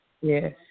Yes